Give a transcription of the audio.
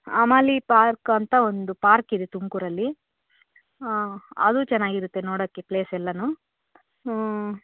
Amani park ಅಂತ ಒಂದು park ಇದೆ ತುಮಕೂರಲ್ಲಿ ಹಾಂ ಅದೂ ಚೆನ್ನಾಗಿರುತ್ತೆ ನೋಡೋಕ್ಕೆ ಪ್ಲೇಸ್ ಎಲ್ಲವೂ ಹ್ಞೂ